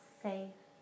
safe